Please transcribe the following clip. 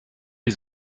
die